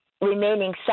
remaining